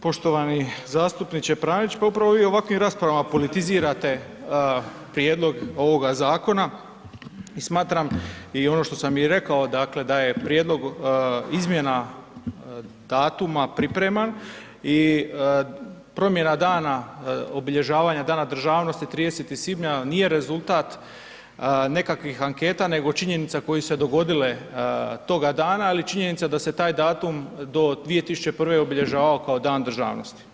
Poštovani zastupniče Pranić, pa upravo vi ovakvim raspravama politizirate prijedlog ovoga zakona i smatram i ono što sam rekao dakle da je prijedlog izmjena datuma pripreman i promjena dana, obilježavanja Dana državnosti 30. svibnja nije rezultat nekakvih anketa nego činjenica koje su se dogodile toga dana, ali i činjenica da se taj datum do 2001. obilježavao kao Dan državnosti.